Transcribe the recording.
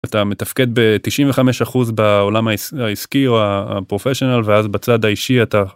אתה מתפקד ב-95% בעולם העסקי או הפרופסיונל ואז בצד האישי אתה.